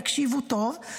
תקשיבו טוב,